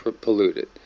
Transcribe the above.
polluted